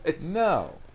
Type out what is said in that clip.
No